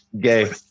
gay